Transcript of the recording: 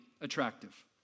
attractive